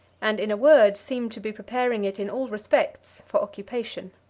and, in a word, seemed to be preparing it in all respects for occupation.